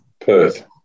Perth